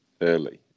early